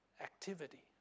activity